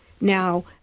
now